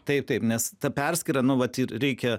taip taip nes tą perskyra nu vat ir reikia